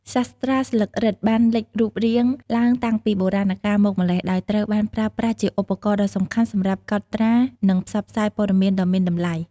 សាស្រ្តាស្លឹករឹតបានលេចរូបរាងឡើងតាំងពីបុរាណកាលមកម្ល៉េះ ដោយត្រូវបានប្រើប្រាស់ជាឧបករណ៍ដ៏សំខាន់សម្រាប់កត់ត្រា និងផ្សព្វផ្សាយព័ត៌មានដ៏មានតម្លៃ។